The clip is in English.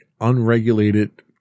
unregulated